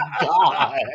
god